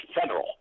federal